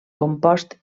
compost